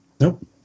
Nope